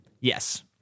Yes